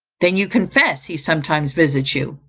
then you confess he sometimes visits you?